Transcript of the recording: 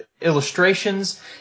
illustrations